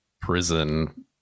prison